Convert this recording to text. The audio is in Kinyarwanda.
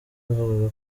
yavugaga